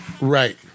Right